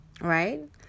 right